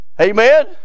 Amen